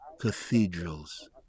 Cathedrals